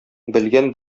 белгән